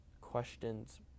questions